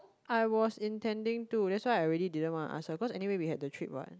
I was intending to that's why I really didn't wanna ask her cause anyway we had the trip what